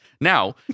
Now